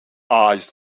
eyes